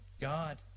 God